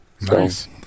nice